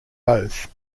both